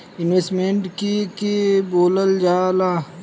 Investment के के बोलल जा ला?